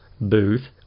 booth